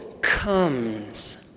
comes